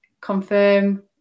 confirm